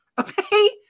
okay